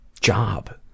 job